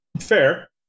Fair